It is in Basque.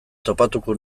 topatuko